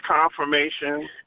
confirmation